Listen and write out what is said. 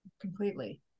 Completely